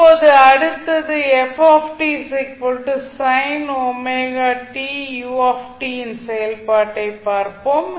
இப்போது அடுத்து f sin ωtu இன் செயல்பாட்டைப் பார்ப்போம்